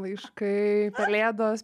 laiškai pelėdos